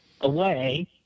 away